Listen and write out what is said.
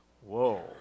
whoa